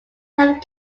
have